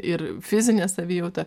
ir fizinė savijauta